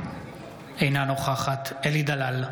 אינה נוכחת אלי דלל,